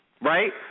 Right